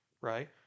right